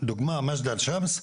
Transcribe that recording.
דוגמה מג'דל שמס,